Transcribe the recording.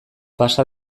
pasa